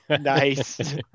Nice